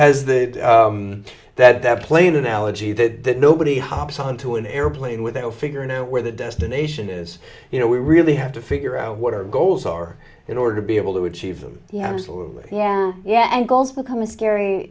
the that that plane analogy that nobody hops onto an airplane without figuring out where the destination is you know we really have to figure out what our goals are in order to be able to achieve them yeah absolutely yeah yeah and goals become a scary